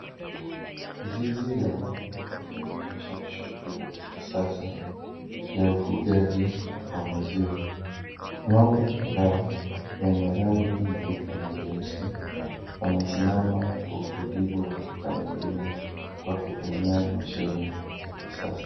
Zizi la ng'ombe inaonyesha shughuli ya kisasa ya ufugaji wa maziwa. Ng'ombe kadhaa wenye rangi nyeupe na nyeusi wamesimama kwa utulivu wakikamuliwa kwa kutumia mashine za kisasa.